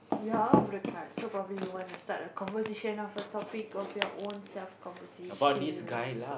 we are out of the cards so probably you wanna start a conversation of a topic of your own self conversation